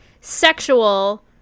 sexual